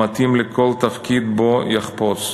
מתאים לכל תפקיד בו יחפוץ".